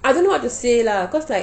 I don't know what to say lah cause like